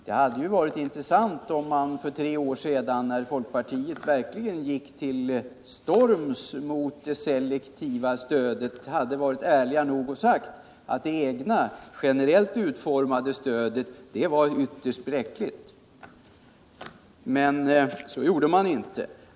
Det hade ju varit intressant om man för tre år sedan, när folkpartiet verkligen gick till storms mot det selektiva stödet, hade varit ärlig nog att säga att det egna, generellt utformade stödet var viterst bräckligt. Så gjorde man emellertid inte.